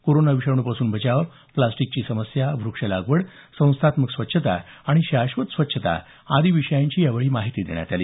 corona विषाणूपासून बचाव प्लास्टिकची समस्या वृक्ष लागवड संस्थात्मक स्वच्छता आणि शाश्वत स्वच्छता आदी विषयांची यावेळी माहिती देण्यात आली